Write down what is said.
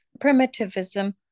primitivism